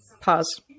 pause